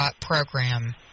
Program